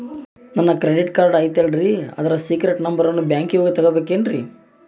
ನನ್ನ credit card ಐತಲ್ರೇ ಅದರ ಸೇಕ್ರೇಟ್ ನಂಬರನ್ನು ಬ್ಯಾಂಕಿಗೆ ಹೋಗಿ ತಗೋಬೇಕಿನ್ರಿ?